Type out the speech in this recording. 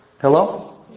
Hello